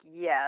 yes